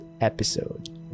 episode